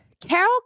Carol